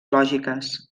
lògiques